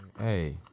Hey